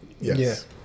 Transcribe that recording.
Yes